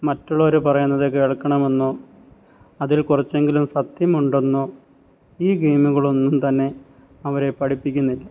മറ്റുള്ളവര് പറയണത് കേൾക്കണമെന്നോ അതിൽ കുറച്ചെങ്കിലും സത്യമുണ്ടെന്നോ ഈ ഗെയിമുകളൊന്നും തന്നെ അവരെ പഠിപ്പിക്കുന്നില്ല